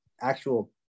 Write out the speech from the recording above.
actual